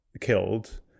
killed